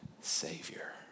savior